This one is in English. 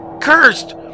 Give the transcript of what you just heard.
Cursed